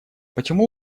почему